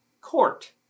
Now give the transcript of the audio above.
court